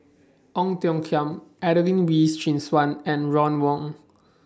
Ong Tiong Khiam Adelene Wee Chin Suan and Ron Wong